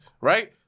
right